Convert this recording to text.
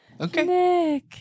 Okay